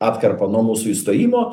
atkarpą nuo mūsų įstojimo